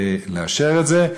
לאשר את זה.